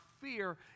fear